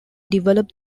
develop